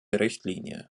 richtlinie